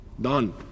Done